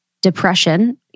depression